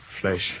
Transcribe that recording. Flesh